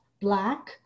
Black